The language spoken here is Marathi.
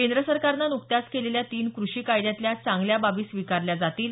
केंद्र सरकारनं नुकत्याच केलेल्या तीन कृषी कायद्यांतल्या चांगल्या बाबी स्वीकारल्या जातील